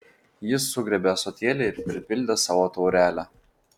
jis sugriebė ąsotėlį ir pripildė savo taurelę